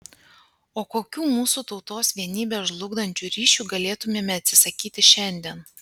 o kokių mūsų tautos vienybę žlugdančių ryšių galėtumėme atsisakyti šiandien